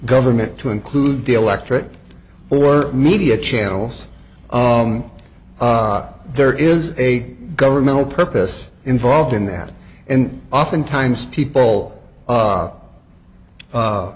government to include the electric or media channels there is a governmental purpose involved in that and oftentimes people